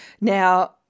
Now